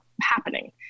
happening